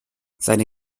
seine